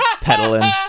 peddling